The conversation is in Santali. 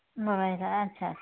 ᱟᱪᱪᱷᱟ ᱟᱪᱪᱷᱟ